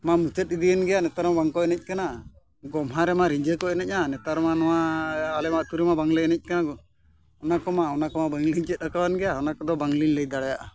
ᱢᱟ ᱢᱩᱪᱟᱹᱫ ᱤᱫᱤᱭᱮᱱ ᱜᱮᱭᱟ ᱱᱮᱛᱟᱨ ᱢᱟ ᱵᱟᱝᱠᱚ ᱮᱱᱮᱡ ᱠᱟᱱᱟ ᱜᱚᱢᱦᱟ ᱨᱮᱢᱟ ᱨᱤᱸᱡᱷᱟᱹ ᱠᱚ ᱮᱱᱮᱡᱼᱟ ᱱᱮᱛᱟᱨ ᱢᱟ ᱱᱚᱣᱟ ᱟᱞᱮ ᱟᱹᱛᱩ ᱨᱮᱢᱟ ᱵᱟᱝᱞᱮ ᱮᱱᱮᱡ ᱠᱟᱱᱟ ᱚᱱᱟ ᱠᱚᱢᱟ ᱚᱱᱟ ᱠᱚᱢᱟ ᱵᱟᱝᱞᱤᱧ ᱪᱮᱫ ᱟᱠᱟᱱ ᱜᱮᱭᱟ ᱚᱱᱟ ᱠᱚᱫᱚ ᱵᱟᱝᱞᱤᱧ ᱞᱟᱹᱭ ᱫᱟᱲᱮᱭᱟᱜᱼᱟ